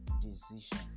decision